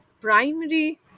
primary